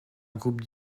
groupe